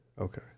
Okay